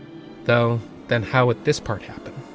though then how would this part happen,